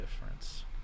difference